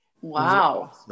Wow